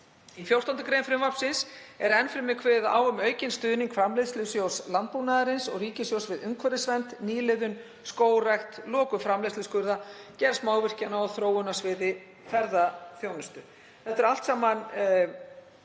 Í 14. gr. frumvarpsins er enn fremur kveðið á um aukinn stuðning Framleiðnisjóðs landbúnaðarins og ríkissjóðs við umhverfisvernd, nýliðun, skógrækt, lokun framræsluskurða, gerð smávirkjana og þróun á sviði ferðaþjónustu. Þetta eru allt áherslur